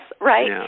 Right